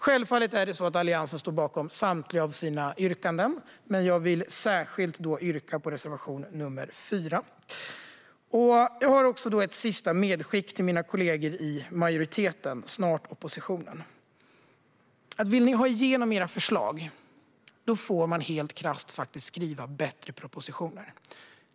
Självfallet står vi i Alliansen bakom samtliga våra yrkanden, men jag vill särskilt yrka bifall till reservation nr 4. Jag har ett sista medskick till mina kollegor i majoriteten - snart oppositionen: Vill ni ha igenom era förslag får ni helt krasst skriva bättre propositioner.